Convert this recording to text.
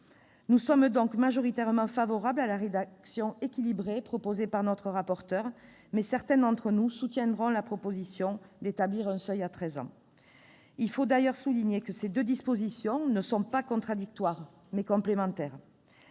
Nous sommes donc majoritairement favorables à la rédaction équilibrée proposée par notre rapporteur, mais certains d'entre nous soutiendront la proposition d'établir un seuil à l'âge de treize ans. Il faut d'ailleurs souligner que ces deux dispositions ne sont pas contradictoires, mais complémentaires.